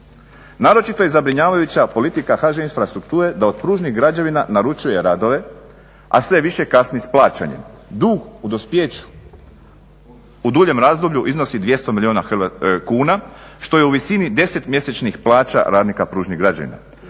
Naročito je zabrinjavajuća politika HŽ infrastrukture da od pružnih građevina naručuje radove a sve više kasni sa plaćanjem. Dug u dospijeću u duljem razdoblju iznosi 200 milijuna kuna što je u visini 10 mjesečnih plaća radnika pružnig građevina.